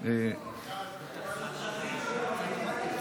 (תיקון מס' 21)